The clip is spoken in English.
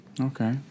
Okay